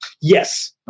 Yes